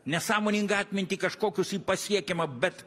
nesąmoningą atmintį kažkokius į pasiekiamą bet